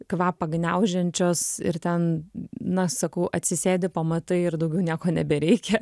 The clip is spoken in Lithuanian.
kvapą gniaužiančios ir ten na sakau atsisėdi pamatai ir daugiau nieko nebereikia